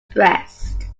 breast